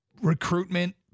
recruitment